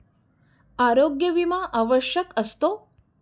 आरोग्य विमा का आवश्यक असतो?